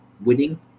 winning